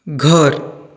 घर